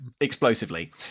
explosively